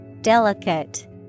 Delicate